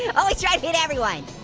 and always strike at everyone.